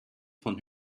von